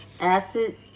acid